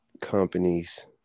companies